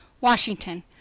washington